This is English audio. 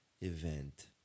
event